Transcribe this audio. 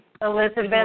Elizabeth